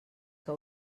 que